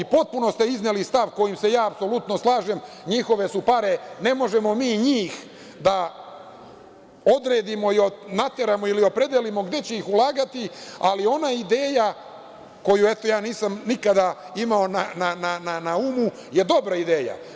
Potpuno ste izneli stav sa kojim se ja apsolutno slažem, njihove su pare, ne možemo mi njih da odredimo, nateramo ili opredelimo gde će ih ulagati, ali ona ideja, koju eto, ja nisam nikada imao na umu je dobra ideja.